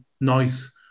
nice